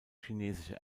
chinesische